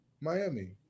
Miami